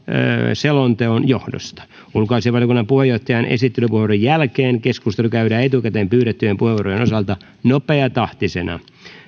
selonteon johdosta ulkoasiainvaliokunnan puheenjohtajan esittelypuheenvuoron jälkeen keskustelu käydään etukäteen pyydettyjen puheenvuorojen osalta nopeatahtisena